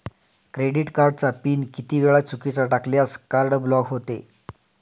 Credit कार्डचा PIN किती वेळा चुकीचा टाकल्यास कार्ड ब्लॉक होते?